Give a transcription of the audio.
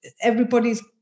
everybody's